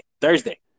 Thursday